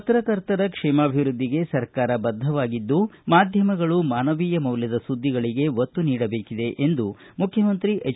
ಪತ್ರಕರ್ತರ ಕ್ಷೇಮಾಭಿವೃದ್ಧಿಗೆ ಸರ್ಕಾರ ಬದ್ಧವಾಗಿದ್ದು ಮಾಧ್ಯಮಗಳು ಮಾನವೀಯ ಮೌಲ್ಯದ ಸುದ್ದಿಗಳಿಗೆ ಒತ್ತು ನೀಡಬೇಕಿದೆ ಎಂದು ಮುಖ್ಯಮಂತ್ರಿ ಹೆಚ್